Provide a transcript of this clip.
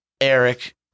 Eric